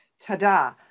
ta-da